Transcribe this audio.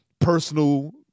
personal